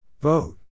Vote